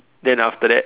then after that